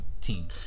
team